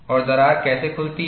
और दरार कैसे खुलती है